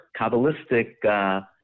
Kabbalistic